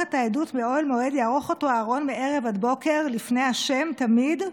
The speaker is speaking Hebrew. יערך אתו אהרן מערב עד בקר לפני ה' תמיד.